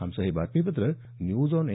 आमचं हे बातमीपत्र न्यूज ऑन ए